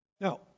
Now